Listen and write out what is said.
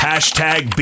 Hashtag